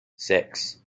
six